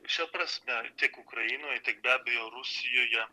šia prasme tiek ukrainoj tiek be abejo rusijoje